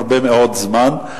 הרבה מאוד זמן,